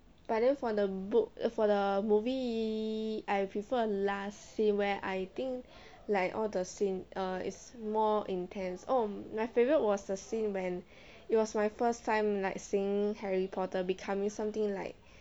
but then for the book for the movie I prefer last scene where I think like all the scene is more intense oh my favourite was the scene when it was my first time like seeing harry potter becoming something like